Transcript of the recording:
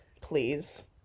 please